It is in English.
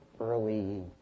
early